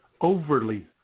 Overly